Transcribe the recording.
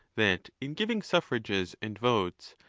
that in giving suffrages and votes,